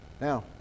Now